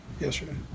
yesterday